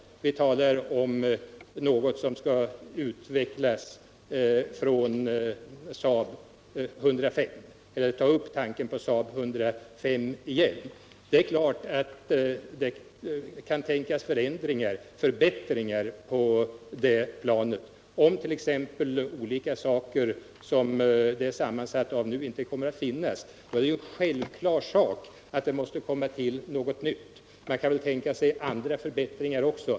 Vi talar om SAAB 105. Det är klart att det kan tänkas förbättringar på det planet. Om t.ex. olika komponenter som det är sammansatt av nu inte kommer att finnas är det självklart att det där måste komma till något nytt. Man kan tänka sig andra förbättringar också.